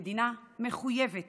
המדינה מחויבת